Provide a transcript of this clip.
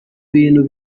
bintu